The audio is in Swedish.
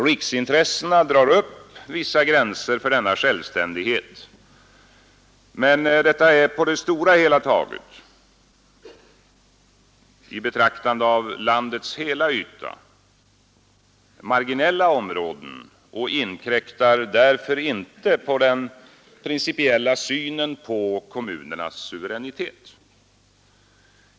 Riksintressena drar upp vissa gränser för denna självständighet, men detta är på det stora hela taget — i betraktande av landets hela yta — marginella områden och inkräktar därför inte på den principiella synen om kommunernas suveränitet.